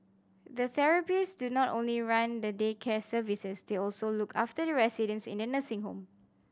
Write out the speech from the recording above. the therapist do not only run the day care services they also look after the residents in the nursing home